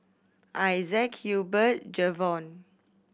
Isaac Hubert Jayvon